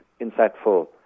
insightful